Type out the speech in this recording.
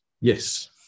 Yes